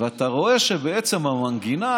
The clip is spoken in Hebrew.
ואתה רואה שבעצם המנגינה